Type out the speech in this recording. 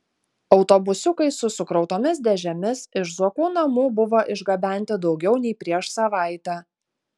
autobusiukai su sukrautomis dėžėmis iš zuokų namų buvo išgabenti daugiau nei prieš savaitę